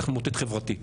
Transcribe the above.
צריך למוטט חברתית.